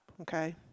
okay